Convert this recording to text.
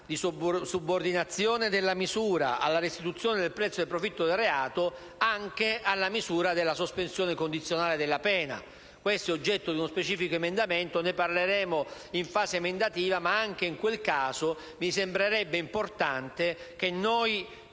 di subordinazione della misura alla restituzione del prezzo o del profitto del reato anche alla sospensione condizionale della pena. Questa previsione è oggetto di uno specifico emendamento di cui parleremo in fase emendativa, ma anche in quel caso mi sembrerebbe importante